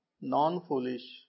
non-foolish